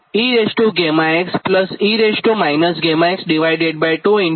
આ સમીકરણ 37 છે